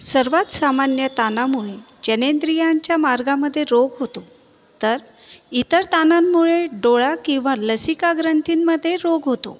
सर्वात सामान्य ताणामुळे जननेंद्रियांच्या मार्गामधे रोग होतो तर इतर ताणांमुळे डोळा किंवा लसीका ग्रंथींमधे रोग होतो